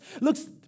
looks